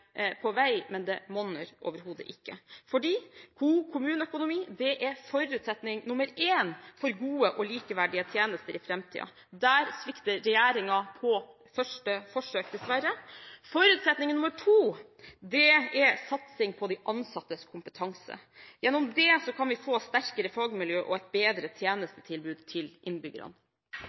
på vei, men det monner overhodet ikke. For god kommuneøkonomi er forutsetning nr. 1 for gode og likeverdige tjenester i framtiden. Der svikter regjeringen på første forsøk, dessverre. Forutsetning nr. 2 er satsing på de ansattes kompetanse. Gjennom det kan vi få sterkere fagmiljøer og et bedre tjenestetilbud til innbyggerne.